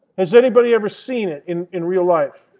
has anybody ever seen it in in real life?